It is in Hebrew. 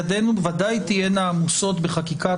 ידינו ודאי תהיינה עמוסות בחקיקת